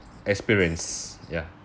experience ya